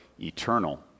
eternal